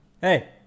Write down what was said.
Hey